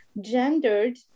gendered